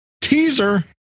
Teaser